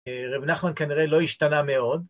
רבי נחמן, כנראה לא השתנה מאוד.